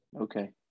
Okay